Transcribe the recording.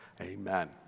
Amen